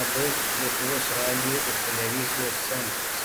ab lietuvos radijo ir televizijos centras